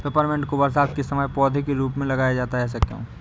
Peppermint को बरसात के समय पौधे के रूप में लगाया जाता है ऐसा क्यो?